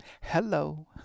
Hello